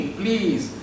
please